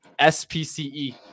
SPCE